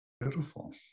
Beautiful